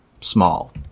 small